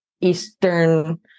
Eastern